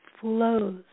flows